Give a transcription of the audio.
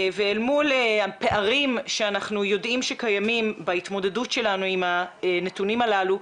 ואל מול הפערים שאנחנו יודעים שקיימים בהתמודדות שלנו עם הנתונים הללו,